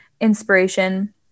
inspiration